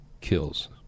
kills